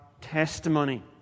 testimony